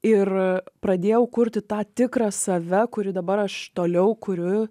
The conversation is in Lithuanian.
ir pradėjau kurti tą tikrą save kuri dabar aš toliau kuriu